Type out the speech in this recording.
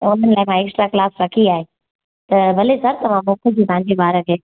उन लाइ extra class रखी आहे त भले सर तव्हां मोकलियो पंहिंजे ॿार खे